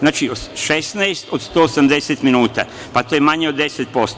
Znači, 16 od 180 minuta, pa to je manje od 10%